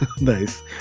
Nice